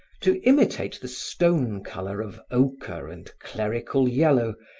to imitate the stone-color of ochre and clerical yellow,